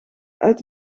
uit